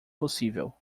possível